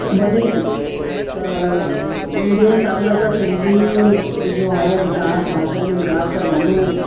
वधे थी त मुंहिंजे हिसाब सां त सिंधी जो हाणे विकास भाषा जो विकास त ॾाढो